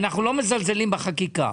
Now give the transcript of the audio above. ואנחנו לא מזלזלים בחקיקה.